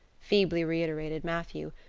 feebly reiterated matthew.